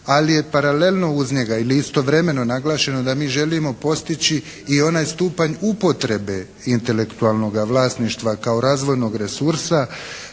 ali je paralelno uz njega ili istovremeno naglašeno da mi želimo postići i onaj stupanj upotrebe intelektualnoga vlasništva kao razvojnog resursa,